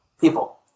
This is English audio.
people